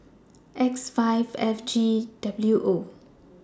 X five FGWO